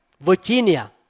Virginia